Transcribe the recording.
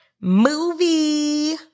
movie